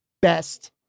best